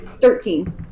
Thirteen